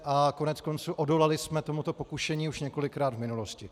A koneckonců, odolali jsme tomuto pokušení už několikrát v minulosti.